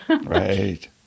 Right